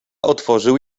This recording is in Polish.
otworzył